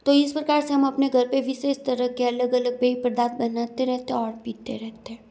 तो इस प्रकार से हम अपने घर पर विशेष तरह के अलग अलग पेय पदार्थ बनाते रहते है और पीते रहते हैं